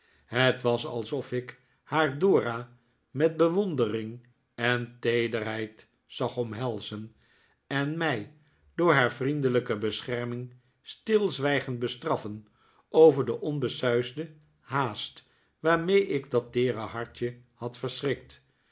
het was alsof ik haar dora met bewondering en teederheid zag omhelzen en mij door haar vriendelijke bescherming stilzwijgend bestraffen over de onbesuisde haast waarmee ik dat teere hartje had verschrikt